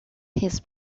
his